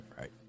right